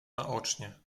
naocznie